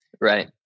Right